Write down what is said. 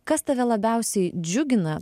kas tave labiausiai džiugina